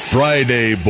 Friday